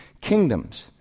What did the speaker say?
kingdoms